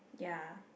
ya